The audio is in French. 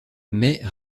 mais